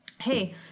Hey